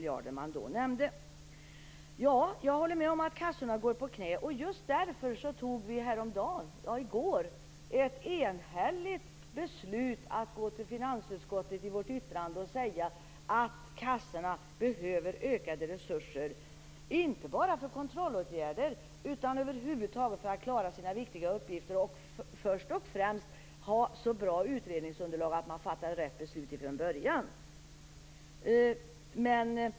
Jag håller med om att kassorna går på knä. Just därför fattade vi i går ett enhälligt beslut att i vårt yttrande till finansutskottet säga att kassorna behöver ökade resurser inte bara för kontrollåtgärder, utan för att över huvud taget klara sina viktiga uppgifter och för att först och främst ha så bra utredningsunderlag att man fattar rätt beslut från början.